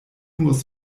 muss